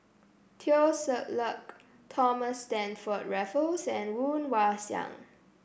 Teo Ser Luck Thomas Stamford Raffles and Woon Wah Siang